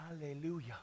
Hallelujah